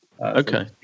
Okay